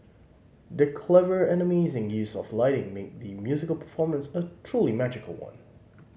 the clever and amazing use of lighting made the musical performance a truly magical one